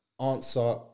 answer